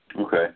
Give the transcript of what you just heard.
Okay